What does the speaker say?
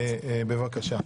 בבקשה.